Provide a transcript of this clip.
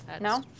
No